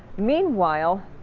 meanwhile,